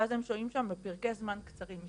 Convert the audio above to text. ואז הם שוהים שם לפרקי זמן קצרים.